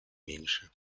меньше